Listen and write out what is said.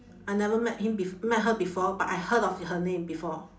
I never met him bef~ met her before but I heard of her name before